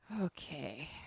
Okay